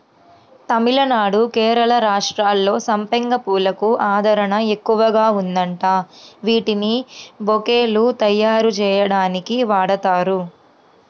తమిళనాడు, కేరళ రాష్ట్రాల్లో సంపెంగ పూలకు ఆదరణ ఎక్కువగా ఉందంట, వీటిని బొకేలు తయ్యారుజెయ్యడానికి వాడతారు